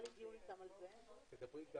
12:12.